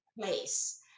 place